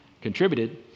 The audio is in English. contributed